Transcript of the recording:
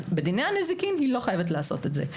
בדיני הנזיקין היא לא חייבת לעשות את זה.